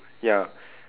ya